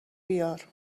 بیار